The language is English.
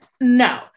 no